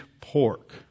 pork